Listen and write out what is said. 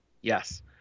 Yes